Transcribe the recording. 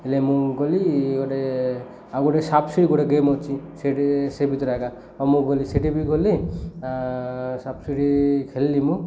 ହେଲେ ମୁଁ ଗଲି ଗୋଟେ ଆଉ ଗୋଟେ ସାପ୍ ଶିଢ଼ି ଗୋଟେ ଗେମ୍ ଅଛି ସେଠି ସେ ଭିତରେ ଆ ଏକା ଆଉ ମୁଁ ଗଲି ସେଠି ବି ଗଲି ସାପ୍ ଶିଢ଼ି ଖେଳିଲି ମୁଁ